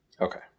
Okay